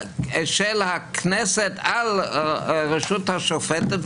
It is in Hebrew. של הכנסת על הרשות השופטת.